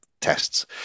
tests